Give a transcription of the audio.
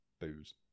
booze